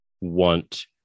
want